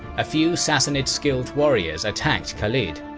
a few sassanid skilled warriors attacked khalid.